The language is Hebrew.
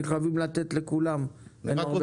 אנחנו חייבים לתת לכולם להתייחס.